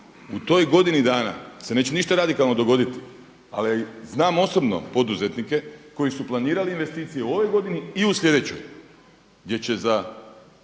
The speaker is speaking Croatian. U toj godini dana se neće ništa radikalno dogoditi, ali znam osobno poduzetnike koji su planirali investicije u ovoj godini i u slijedećoj gdje će za